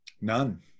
None